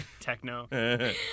Techno